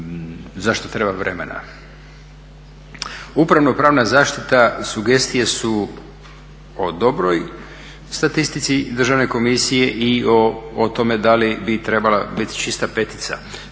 Zašto treba vremena? Upravno-pravna zaštita sugestije su o dobroj statistici Državne komisije i o tome da li bi trebala bit čista petica.